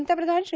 पंतप्रधान श्री